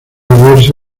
beberse